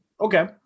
Okay